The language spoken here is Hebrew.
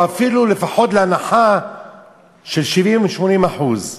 או לפחות להנחה של 80%-70%.